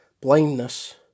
Blindness